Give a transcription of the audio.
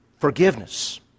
Forgiveness